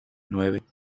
nueve